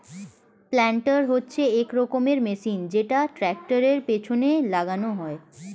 planter হচ্ছে এক রকমের মেশিন যেটা ট্র্যাক্টরের পেছনে লাগানো হয়